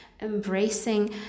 embracing